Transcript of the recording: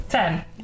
Ten